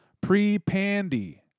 Pre-pandy